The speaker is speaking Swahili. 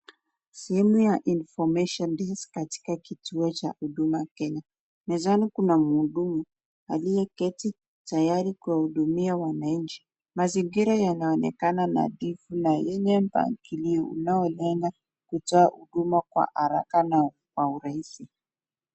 Sehemu ya Information Desk katika kituo cha huduma Kenya, mezani kuna muhudumu aliye keti tayari kuwa hudumia wananchi. Mazingira inaonekana na yenye mpangilio inalenga kutoa huduma kwa haraka na kwa uraisi.